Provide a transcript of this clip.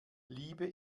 liebe